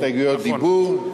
הסתייגויות דיבור, נכון.